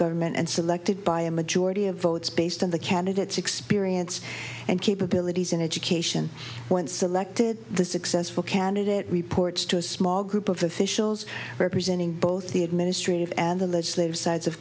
government and selected by a majority of votes based on the candidates experience and capabilities in education when selected the successful candidate reports to a small group of officials representing both the administrative and